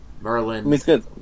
Merlin